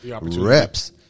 reps